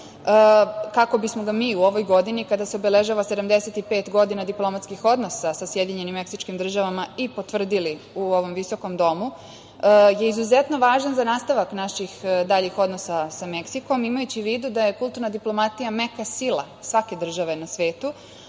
kako bismo ga mi u ovoj godini, kada se obeležava 75 godina diplomatskih odnosa sa SAD i potvrdili u ovom visokom domu, je izuzetno važan za nastavak naših daljih odnosa sa Meksikom, imajući u vidu da je kulturna diplomatija meka sila svake države na svetu,